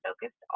focused